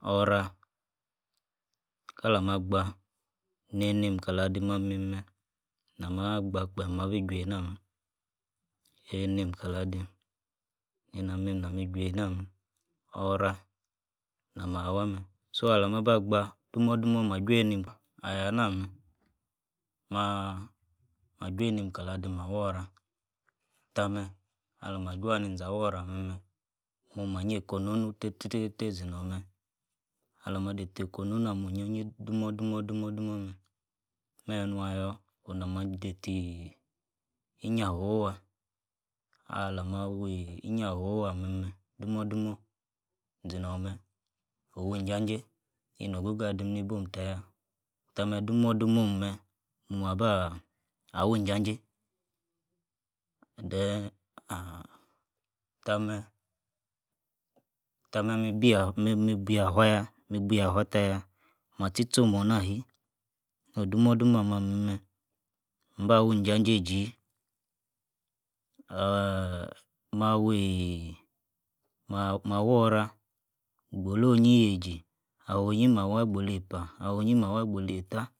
orah, kalama-gba, neinim kala-adım amim meh, nah-mah gba-kpeem abi-jueing meh, einins kala-adım, neina ria nami-chucina meh, orah, nah-mah wah meh, so-alama bu gba dumor-dumor, mah-juei-nim, ah-yah nah meh, maah-mah juzinim kala-adis ah-worah, tah meh, alama juaninzi aworah ah-meh-meh, moma-nyeikononu teitei tei zinor meh, alama deita ko eikononu ah-mel onyo- nyi dumor-dumor-dumor-dumor meh, meh nua yor oramah deitiii inyatue owor-alama will inyafue owowah meh-meh, dumor-dumor zinor meh, onwii janjei, ino-go-go adim nibom taya tah meh dumor-dimor omh meh, ma ba, awi injajei then ah- tah meh tah meh mibia, mibia fua-yah, mi-biafua tayah, mah-tchi-tcho'm onah ahi-no'h demor dumor ah meh-meh, mbah-wui injajei eiji aaaah, mawili, mah, mah worah, gbolo onyi yeiji, ah winyi mah wah gboki- eipah, ah-winyi mah-wah gbolei-eittahi.